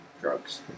drugs